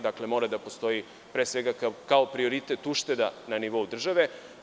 Dakle, mora da postoji, pre svega, kao prioritet ušteda na nivou države.